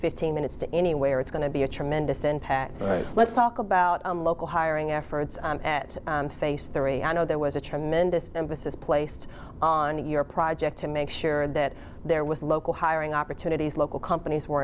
fifteen minutes to anywhere it's going to be a tremendous impact let's talk about local hiring efforts at face three i know there was a tremendous emphasis placed on the euro project to make sure that there was local hiring opportunities local companies were